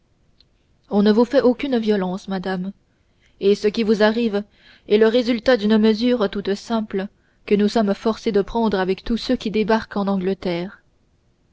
on ne vous fait aucune violence madame et ce qui vous arrive est le résultat d'une mesure toute simple que nous sommes forcés de prendre avec tous ceux qui débarquent en angleterre